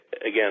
again